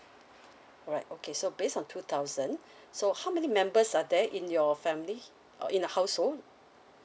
alright okay so based on two thousand so how many members are there in your family or in the household